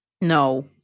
No